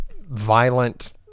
violent